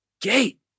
gate